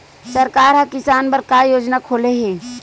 सरकार ह किसान बर का योजना खोले हे?